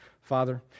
father